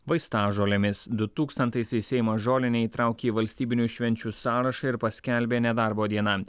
vaistažolėmis du tūkstantaisiais seimas žolinę įtraukė į valstybinių švenčių sąrašą ir paskelbė nedarbo diena